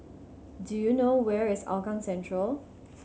do you know where is Hougang Central